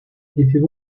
you